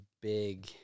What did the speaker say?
big